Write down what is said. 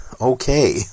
Okay